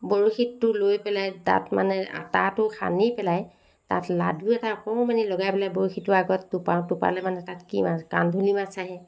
বৰশীটো লৈ পেলাই তাত মানে আটাটো সানি পেলাই তাত লাডু এটা অকণমানি লগাই পেলাই বৰশীটো আগত টোপাও টোপালেমানে তাত কি মাছ কান্দুলী মাছ আহে